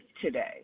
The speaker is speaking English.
today